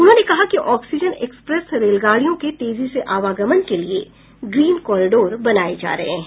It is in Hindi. उन्होंने कहा कि ऑक्सीजन एक्सप्रेस रेलगाड़ियों के तेजी से आवागमन के लिए ग्रीन कॉरिडोर बनाए जा रहे हैं